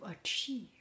achieve